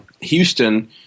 houston